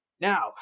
Now